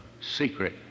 secret